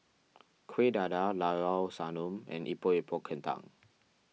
Kueh Dadar Llao Sanum and Epok Epok Kentang